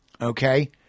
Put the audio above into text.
okay